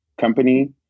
company